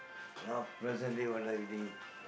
now presently what are you doing